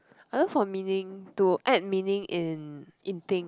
I learn for meaning to add meaning in in thing